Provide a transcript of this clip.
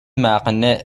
مقنعه